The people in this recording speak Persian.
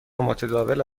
متداول